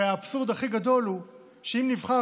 הרי האבסורד הכי גדול הוא שאם נבחר